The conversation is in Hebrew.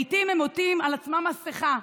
לעיתים הם עוטים על עצמם מסכה,